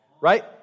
right